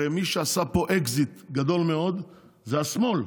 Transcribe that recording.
הרי מי שעשה פה אקזיט גדול מאוד זה השמאל.